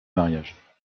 mariage